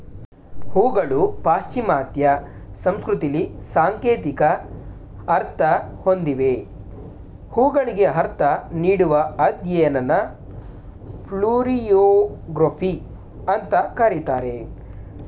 ಹೂಗಳು ಪಾಶ್ಚಿಮಾತ್ಯ ಸಂಸ್ಕೃತಿಲಿ ಸಾಂಕೇತಿಕ ಅರ್ಥ ಹೊಂದಿವೆ ಹೂಗಳಿಗೆ ಅರ್ಥ ನೀಡುವ ಅಧ್ಯಯನನ ಫ್ಲೋರಿಯೊಗ್ರಫಿ ಅಂತ ಕರೀತಾರೆ